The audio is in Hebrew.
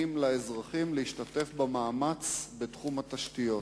לאזרחים להשתתף במאמץ בתחום התשתיות.